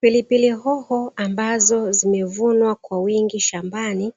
Pilipili hoho ambazo zimevunwa kwa wingi shambani,